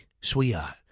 sweetheart